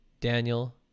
Daniel